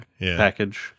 package